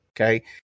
Okay